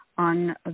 on